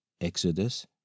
Exodus